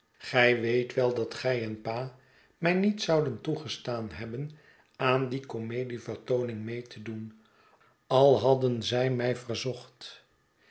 gij weet wel dat gij en pa mij niet zouden toegestaan hebben aan die comedievertooning mee te doen al hadden zij mij verzocht